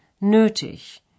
nötig